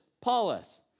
Paulus